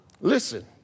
Listen